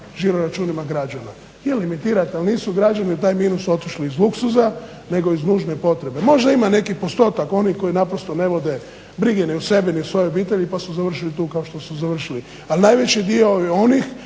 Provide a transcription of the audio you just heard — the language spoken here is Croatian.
žiro računima, je limitirat ali nisu građani u taj minus otišli iz luksuza nego iz nužne potrebe. Možda ima neki postotak oni koji naprosto ne vode brige ni o sebi ni o svojoj obitelji pa su završili tu kao što su završili, ali najveći dio je onih